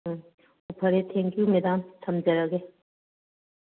ꯎꯝ ꯐꯔꯦ thank you madam ꯊꯝꯖꯔꯒꯦ